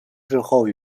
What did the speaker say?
日后